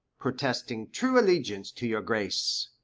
protesting true allegiance to your grace.